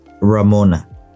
Ramona